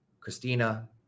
Christina